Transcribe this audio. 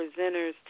presenters